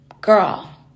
girl